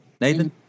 nathan